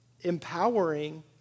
Empowering